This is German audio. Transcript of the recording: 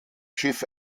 schiff